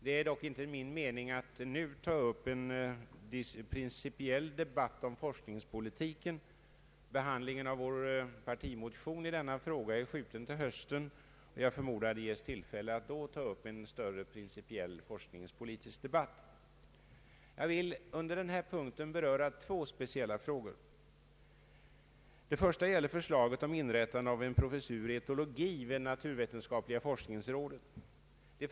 Det är dock inte min mening att nu ta upp en principiell debatt om forskningspolitiken. Behandlingen av vår partimotion i denna fråga har uppskjutits till hösten, och jag förmodar att det ges tillfälle att då ta upp en större principiell forskningspolitisk debatt. Jag vill under den här punkten beröra två speciella frågor. Den första gäller förslaget om inrättande av en professur i etologi vid naturvetenskapliga forskningsrådet.